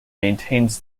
maintains